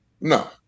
No